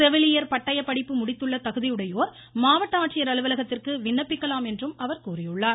செவிலியர் பட்டயப்படிப்பு முடித்துள்ள தகுதியுடையோர் மாவட்ட ஆட்சியர் அலுவலகத்திற்கு விண்ணப்பிக்கலாம் என்றும் அவர் கூறியுள்ளார்